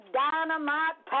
dynamite